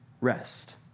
rest